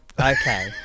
Okay